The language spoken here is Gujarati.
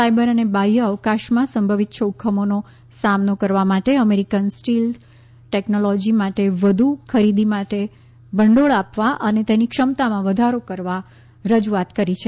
સાયબર અને બાહ્ય અવકાશમાં સંભવિત જોખમોનો સામનો કરવા માટે અમેરિકન સ્ટીલ્ધ ટેકનોલોજી માટે વધુ ખરીદી માટે ભંડોળ આપવા અને તેની ક્ષમતામાં વધારો કરવા રજૂઆત કરી છે